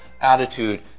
attitude